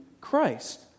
Christ